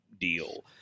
deal